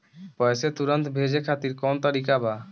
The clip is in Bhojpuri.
पैसे तुरंत भेजे खातिर कौन तरीका बा?